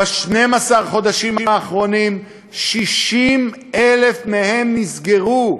ב-12 החודשים האחרונים 60,000 מהם נסגרו.